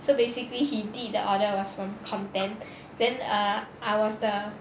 so basically he did the order of from content then err I was the